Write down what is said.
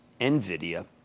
NVIDIA